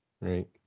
right